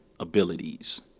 abilities